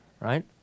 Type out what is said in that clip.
Right